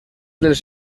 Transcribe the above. dels